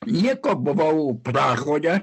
nieko buvau prahoje